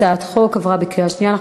הצעת החוק עברה בקריאה שנייה.